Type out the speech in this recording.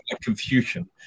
confusion